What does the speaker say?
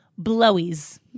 blowies